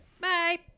Bye